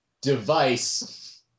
device